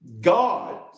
God